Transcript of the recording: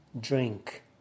drink